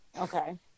Okay